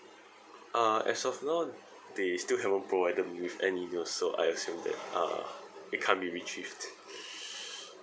uh as of now they still haven't provide the email so I assume that it can't be retriediarrhoeaved